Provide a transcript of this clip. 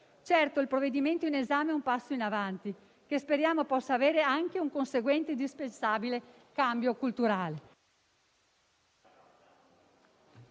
Certo, il provvedimento in esame è un passo in avanti, che speriamo possa agevolare anche un conseguente e indispensabile cambio culturale;